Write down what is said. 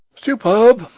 superb!